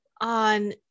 on